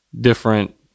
different